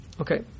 Okay